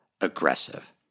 aggressive